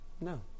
No